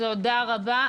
תודה רבה.